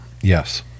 Yes